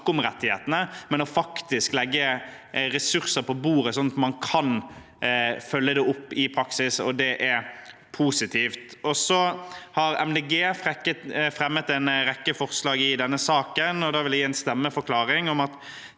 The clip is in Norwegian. om rettighetene, men til faktisk å legge ressurser på bordet sånn at man kan følge det opp i praksis. Det er positivt. Miljøpartiet De Grønne har fremmet en rekke forslag i denne saken, og jeg vil gi en stemmeforklaring om at